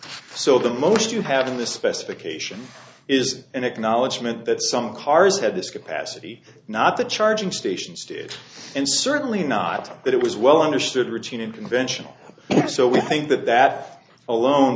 so the most you have in the specification is an acknowledgement that some cars had this capacity not the charging stations to it and certainly not that it was well understood routine and conventional so we think that that alone